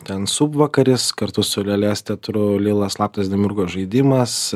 ten subvakaris kartu su lėlės teatru lila slaptas demiurgo žaidimas